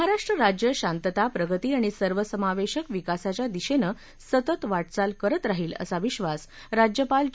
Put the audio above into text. महाराष्ट्र राज्य शांतता प्रगती आणि सर्वसमावेशक विकासाच्या दिशेनं सतत वा आल करत राहील असा विश्वास राज्यपाल चे